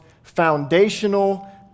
foundational